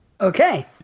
Okay